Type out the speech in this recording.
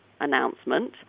announcement